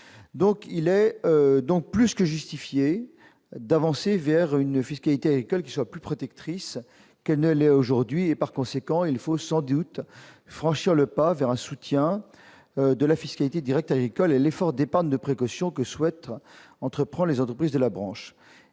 donc il est donc plus que justifié d'avancer vers une fiscalité quel qu'ils soit plus protectrice qu'elle ne l'est aujourd'hui, et par conséquent il faut sans doute franchir le pas vers un soutien de la fiscalité directe à l'école et l'effort d'épargne de précaution que souhaite entreprend les entreprises de la branche,